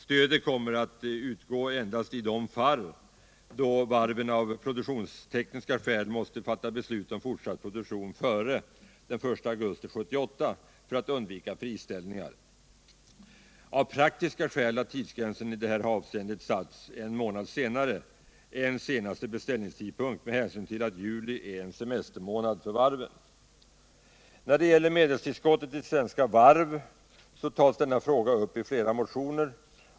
Stödet kommer att utgå endast i de fall, då varven av produktionstekniska skäl måste fatta beslut om fortsatt produktion före den 1 augusti 1978 för att undvika friställningar. Av praktiska skäl har tidsgränsen i detta avseende lagts en månad efter senaste beställningstidpunkt, med hänsyn till att juli är semestermånad för varven. Medelstillskottet till Svenska Varv AB behandlas i flera motioner.